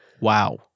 Wow